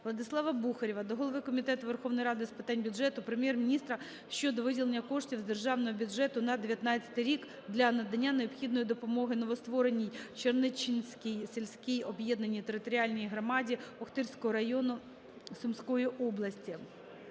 Владислава Бухарєва до голови Комітету Верховної Ради України з питань бюджету, Прем'єр-міністра щодо виділення коштів з державного бюджету на 19-й рік для надання необхідної допомоги новоствореній Чернеччинській сільській об'єднаній територіальній громаді Охтирського району Сумської області.